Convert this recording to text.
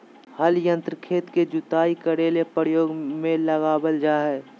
हल यंत्र खेत के जुताई करे ले प्रयोग में लाबल जा हइ